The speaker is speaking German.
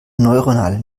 neuronale